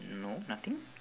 no nothing